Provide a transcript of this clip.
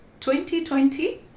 2020